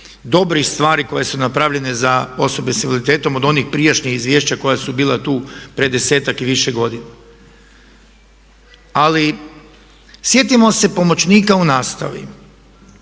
dobrih stvari koje su napravljene za osobe sa invaliditetom od onih prijašnjih izvješća koja su bila tu prije 10-ak i više godina. Ali sjetimo se pomoćnika u nastavi.